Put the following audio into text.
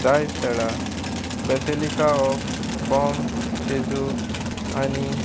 दायज स्थळा basilica of Bom Jesus आनी